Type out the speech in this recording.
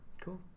cool